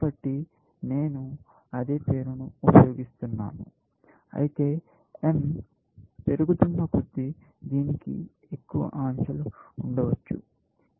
కాబట్టి నేను అదే పేరును ఉపయోగిస్తాను అయితే M పెరుగుతున్న కొద్దీ దీనికి ఎక్కువ అంశాలు ఉండవచ్చు